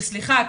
וסליחה,